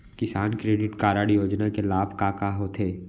किसान credit card योजना के लाभ का का होथे?